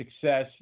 success